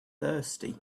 thirsty